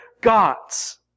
gods